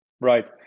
Right